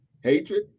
Hatred